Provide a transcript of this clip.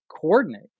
coordinate